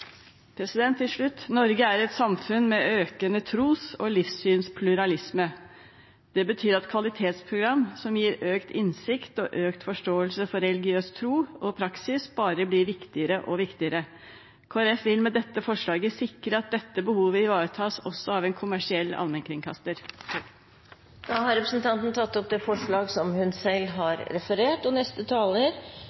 Til slutt: Norge er et samfunn med økende tros- og livssynspluralisme. Det betyr at kvalitetsprogram som gir økt innsikt i og økt forståelse for religiøs tro og praksis, bare blir viktigere og viktigere. Kristelig Folkeparti vil med dette forslaget sikre at dette behovet ivaretas også av en kommersiell allmennkringkaster. Representanten Hanne Thürmer har tatt opp det forslaget hun